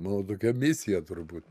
mano tokia misija turbūt